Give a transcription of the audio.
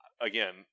again